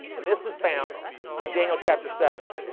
and this is found in daniel chapter seven